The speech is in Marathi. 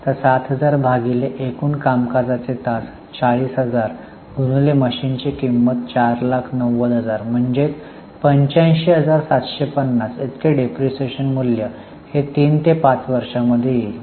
तर 7000 भागिले एकूण कामकाजाचे तास 40000 गुणिले मशीनची किंमत 490000 म्हणजे 85750 इतके डिप्रीशीएशन मूल्य हे तीन ते पाच वर्षांमध्ये असेल